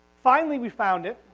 finally we found it,